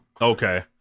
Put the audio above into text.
okay